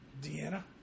Deanna